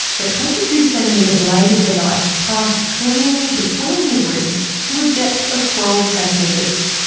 the twenty two centimetre blade of the knife passed cleanly between his ribs. to a depth of twelve centimetres.